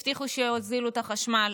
הבטיחו שיוזילו את החשמל,